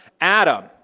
Adam